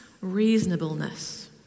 reasonableness